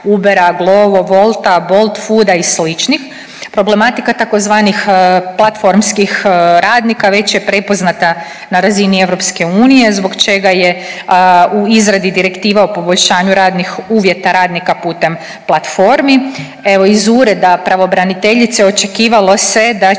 Ubera, Glovo, Wolta, Bolt fooda i sličnih, problematika tzv. platformskih radnika već je prepoznata na razini EU, zbog čega je u izradi direktiva o poboljšanju radnih uvjeta radnika putem platformi. Evo, iz Ureda pravobraniteljice očekivalo se da će